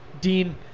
Dean